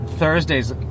Thursdays